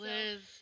Liz